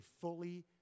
fully